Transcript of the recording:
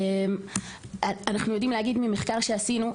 ממחקר שעשינו,